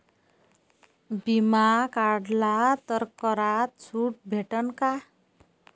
बिमा काढला तर करात सूट भेटन काय?